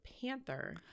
panther